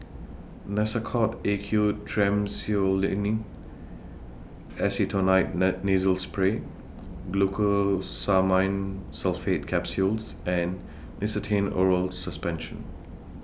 Nasacort A Q Triamcinolone Acetonide Nasal Spray Glucosamine Sulfate Capsules and Nystatin Oral Suspension